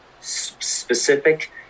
specific